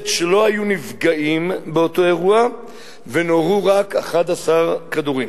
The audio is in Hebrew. שלא היו נפגעים באותו אירוע ושנורו רק 11 כדורים.